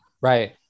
right